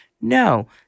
no